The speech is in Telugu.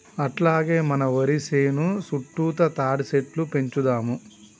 అట్లాగే మన వరి సేను సుట్టుతా తాటిసెట్లు పెంచుదాము